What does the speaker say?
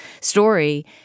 story